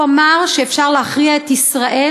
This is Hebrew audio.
הוא אמר שאפשר להכניע את ישראל,